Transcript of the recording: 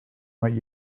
might